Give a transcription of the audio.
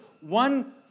one